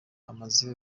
amaze